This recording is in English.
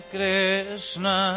Krishna